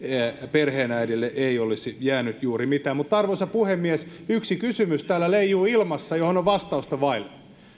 perheenäidille ei olisi jäänyt juuri mitään mutta arvoisa puhemies täällä leijuu ilmassa johon olen vastausta vaille